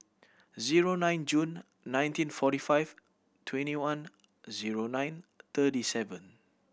zero nine June nineteen forty five twenty one zero nine thirty seven